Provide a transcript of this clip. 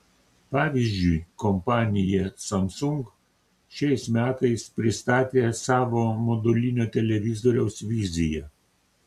pavyzdžiui kompanija samsung šiais metais pristatė savo modulinio televizoriaus viziją